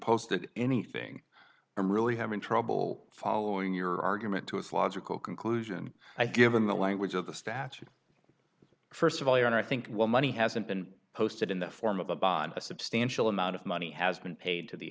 posted anything i'm really having trouble following your argument to its logical conclusion i've given the language of the statute first of all your honor i think well money hasn't been posted in the form of a bond a substantial amount of money has been paid to the